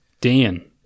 Dan